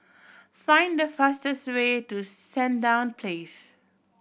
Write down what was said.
find the fastest way to Sandown Place